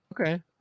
okay